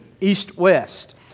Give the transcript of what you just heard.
east-west